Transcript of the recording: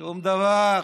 שום דבר.